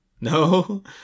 No